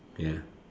ya